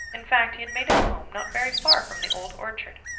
in fact, he had made his home not very far from the old orchard.